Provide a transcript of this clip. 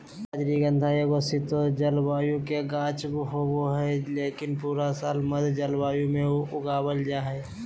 रजनीगंधा एगो शीतोष्ण जलवायु के गाछ होबा हय, लेकिन पूरा साल मध्यम जलवायु मे उगावल जा हय